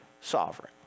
sovereign